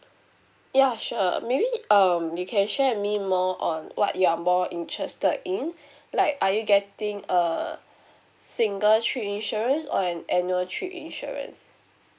ya sure maybe um you can share with me more on what you're more interested in like are you getting a single trip insurance or an annual trip insurance